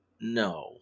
no